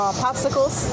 popsicles